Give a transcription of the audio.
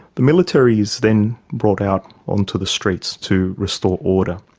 the military is then brought out onto the streets to restore order.